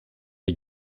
les